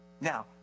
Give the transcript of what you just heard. Now